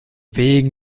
wegen